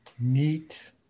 Neat